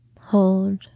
Hold